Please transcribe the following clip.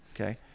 Okay